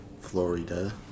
Florida